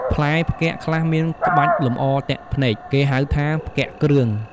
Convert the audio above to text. ផ្លែផ្គាក់ខ្លះមានក្បាច់លម្អទាក់ភ្នែក គេហៅថា "ផ្គាក់គ្រឿង" ។